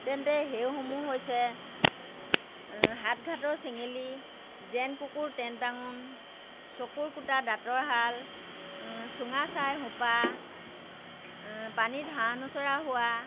তেন্তে সেইসমূহ হৈছে সাত ঘাটৰ চেঙেলী যেন কুকুৰ তেন টাঙোন চকুৰ কুটা দাঁতৰ শাল চুঙা চাই সোপা পানীত হাঁহ নচৰা হোৱা